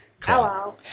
hello